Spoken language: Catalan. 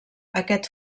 aquest